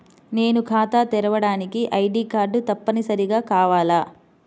నేను ఖాతా తెరవడానికి ఐ.డీ కార్డు తప్పనిసారిగా కావాలా?